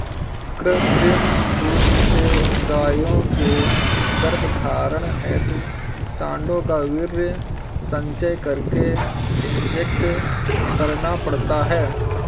कृत्रिम रूप से गायों के गर्भधारण हेतु साँडों का वीर्य संचय करके इंजेक्ट करना पड़ता है